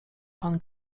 pan